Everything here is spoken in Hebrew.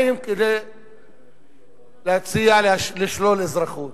באים כדי להציע לשלול אזרחות.